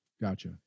Gotcha